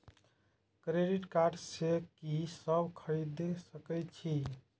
Credit card से की सब खरीद सकें छी?